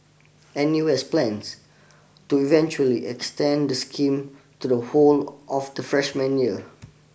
N U S plans to eventually extend the scheme to the whole of the freshman year